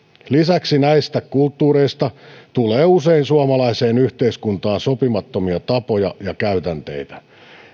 lisäksi näistä kulttuureista tulee usein suomalaiseen yhteiskuntaan sopimattomia tapoja ja käytänteitä